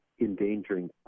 endangering